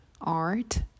art